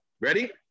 Ready